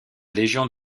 légion